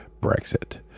Brexit